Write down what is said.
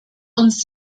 uns